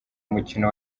umukino